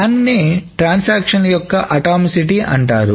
దానినే ట్రాన్సాక్షన్ల యొక్క అటామిసిటీ అంటాం